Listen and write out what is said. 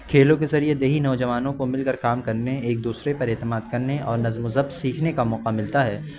کھیلوں کے ذریعے دیہی نوجوانوں کو مل کر کام کرنے ایک دوسرے پر اعتماد کرنے اور نظم و ضبط سیکھنے کا موقع ملتا ہے